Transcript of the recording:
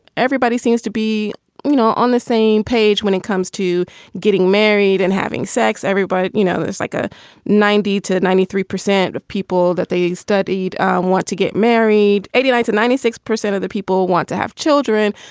everybody seems to be you know on the same page when it comes to getting married and having sex. everybody. you know, it's like a ninety to ninety three percent of people that they studied and want to get married. eighty nine like to ninety six percent of the people want to have children.